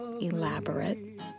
elaborate